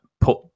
put